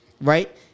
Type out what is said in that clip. right